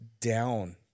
down